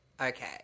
Okay